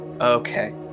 Okay